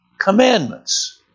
commandments